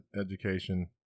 education